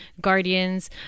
guardians